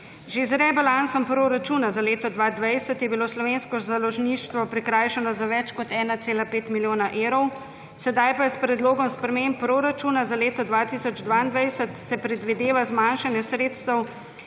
Že z rebalansom proračuna za leto 2020 je bilo slovensko založništvo prikrajšano za več kot 1,5 milijona evrov, sedaj pa se s predlogom sprememb proračuna za leto 2022 predvideva zmanjšanje sredstev